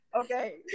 Okay